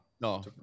No